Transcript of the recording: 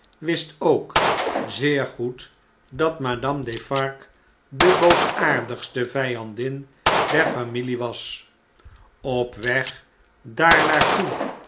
wist ook zeer goed dat madame defarge de boosaardigste vyandin der familie was op weg daar naar toe